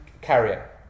carrier